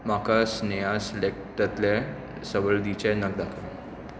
म्हाका स्नेहा सिलेक्टतले सवलतीचे नग दाखय